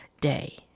day